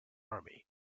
army